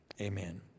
Amen